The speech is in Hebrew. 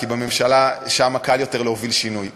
כי בממשלה קל יותר להוביל שינוי.